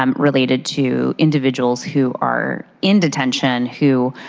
um related to individuals who are in detention who